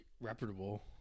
reputable